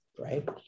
right